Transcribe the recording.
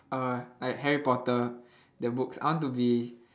uh like harry-potter the books I want to be